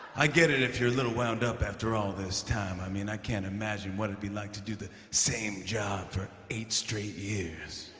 i get it if you're a little wound up after all this time. i mean, i can't imagine what it'd be like to do the same job for eight straight years.